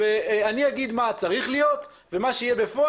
ואת תגידי מה צריך להיות אבל מה שיהיה בפועל,